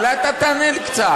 אולי אתה תענה לי קצת.